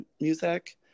music